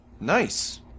Nice